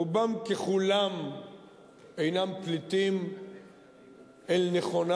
ורובם ככולם אינם פליטים אל נכון,